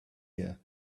ear